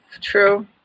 True